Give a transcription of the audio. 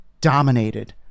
dominated